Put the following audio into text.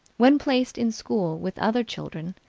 when placed in school with other children,